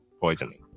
poisoning